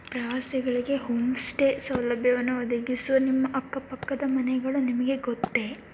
ಪ್ರವಾಸಿಗಳಿಗೆ home stay ಸೌಲಭ್ಯವನ್ನು ಒದಗಿಸುವ ನಿಮ್ಮ ಅಕ್ಕ ಪಕ್ಕದ ಮನೆಗಳು ನಿಮಗೆ ಗೊತ್ತೇ